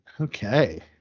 Okay